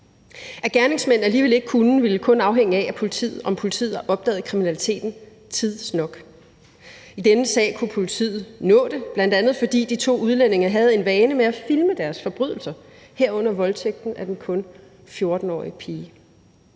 At gerningsmanden alligevel ikke kunne få det, ville kun afhænge af, om politiet havde opdaget kriminaliteten tidsnok. I denne sag kunne politiet nå det, bl.a. fordi de to udlændinge havde en vane med at filme deres forbrydelser, herunder voldtægten af den kun 14-årige pige.